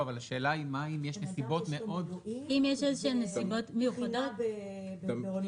מה אם יש נסיבות מאוד --- אדם שיש לו מילואים ובחינה באוניברסיטה.